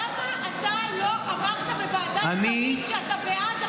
למה לא אמרת בוועדת שרים שאתה בעד החוק?